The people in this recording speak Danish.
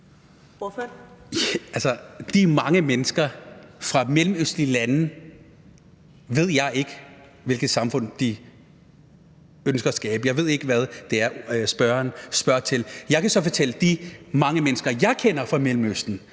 de mange mennesker fra mellemøstlige lande, ved jeg ikke, hvilket samfund de ønsker at skabe. Jeg ved ikke, hvad det er, spørgeren spørger til. Jeg kan så fortælle, hvad de mange mennesker, jeg kender fra Mellemøsten,